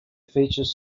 features